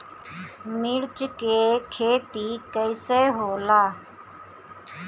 मिर्च के खेती कईसे होला?